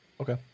Okay